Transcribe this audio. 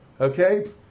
Okay